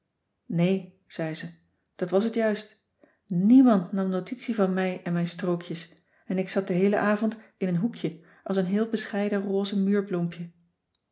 nee zei ze dat was het juist niemand nam notitie van mij en mijn strookjes en ik zat den heelen avond in een hoekje als een heel bescheiden rose